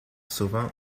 souvent